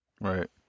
Right